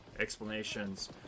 explanations